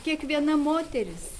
kiekviena moteris